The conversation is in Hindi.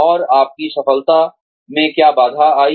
और आपकी सफलता में क्या बाधा आई